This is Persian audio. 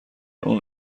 اون